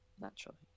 naturally